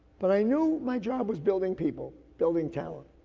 but i knew my job was building people, building talent.